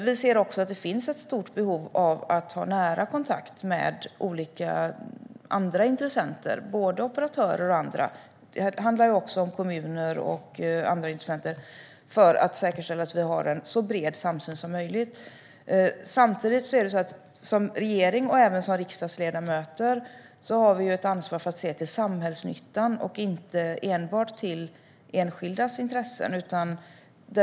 Vi ser också ett stort behov av att ha nära kontakt med olika andra intressenter, till exempel operatörer, kommuner och andra, för att säkerställa att vi har en så bred samsyn som möjligt. Samtidigt har både regering och riksdagsledamöter ett ansvar att se till samhällsnyttan och inte enbart till enskildas intressen.